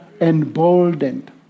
emboldened